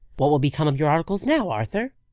what will become of your articles now, arthur?